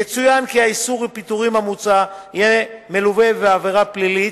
יצוין כי האיסור בפיטורים המוצע יהיה מלווה בעבירה פלילית,